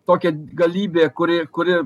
tokia galybė kuri kuri